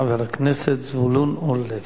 חבר הכנסת זבולון אורלב.